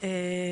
להפוך